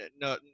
no